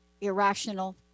irrational